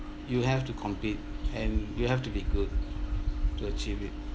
you have to compete and you have to be good to achieve it